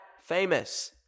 famous